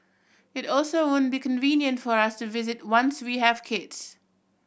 it also won't be convenient for us to visit once we have kids